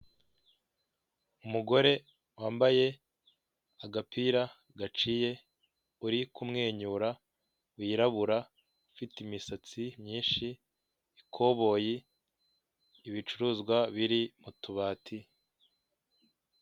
Umuhanda ukoze neza hagati harimo umurongo w'umweru wihese, umuntu uri ku kinyabiziga cy'ikinyamitende n'undi uhagaze mu kayira k'abanyamaguru mu mpande zawo hari amazu ahakikije n'ibyuma birebire biriho insinga z'amashanyarazi nyinshi.